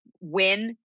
win